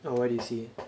what do you see